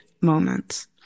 moments